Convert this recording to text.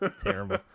terrible